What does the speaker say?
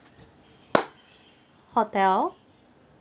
hotel